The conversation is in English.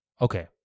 okay